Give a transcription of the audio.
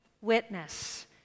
witness